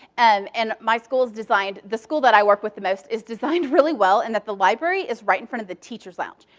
and and my school is designed the school that i work with the most is designed really well. and the library is right in front of the teacher's lounge.